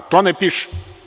To ne piše.